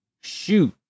shoot